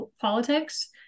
politics